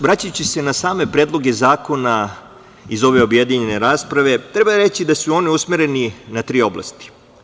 Vraćajući se na same predloge zakona iz ove objedinjene rasprave, treba reći da su oni usmereni na tri oblasti.